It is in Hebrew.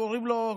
שקוראים לו,